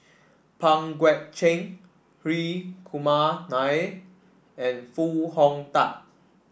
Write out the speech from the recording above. Pang Guek Cheng Hri Kumar Nair and Foo Hong Tatt